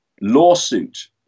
Lawsuit